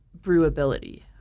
Brewability